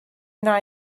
wna